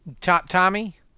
Tommy